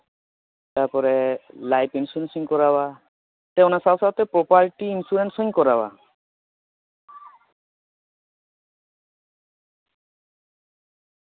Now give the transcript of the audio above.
ᱛᱟᱯᱚᱨᱮ ᱞᱟᱭᱤᱯ ᱤᱱᱥᱩᱨᱮᱱᱥᱤᱧ ᱠᱚᱨᱟᱣᱟ ᱚᱱᱟ ᱥᱟᱶ ᱥᱟᱶᱛᱮ ᱯᱳᱯᱟᱨᱤᱴᱤ ᱤᱱᱥᱩᱨᱮᱱᱥ ᱦᱩᱧ ᱠᱚᱨᱟᱣᱟ